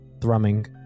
thrumming